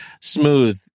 smooth